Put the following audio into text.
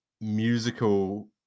musical